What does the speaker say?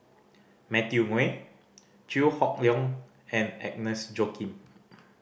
Matthew Ngui Chew Hock Leong and Agnes Joaquim